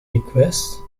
requests